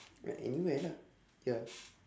ah anywhere lah ya